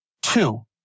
Two